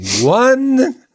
one